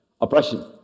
Oppression